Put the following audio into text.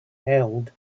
held